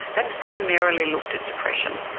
that's primarily looked at depression.